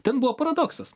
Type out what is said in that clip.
ten buvo paradoksas